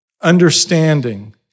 Understanding